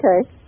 okay